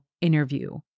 interview